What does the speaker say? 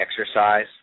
exercise